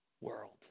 world